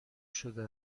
شده